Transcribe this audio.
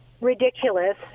ridiculous